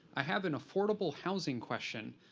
i have an affordable housing question.